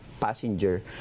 Passenger